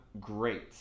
great